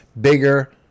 bigger